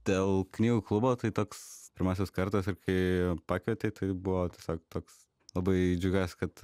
dėl knygų klubo tai toks pirmasis kartas kai pakvietei tai buvo tiesiog toks labai džiaugiuosi kad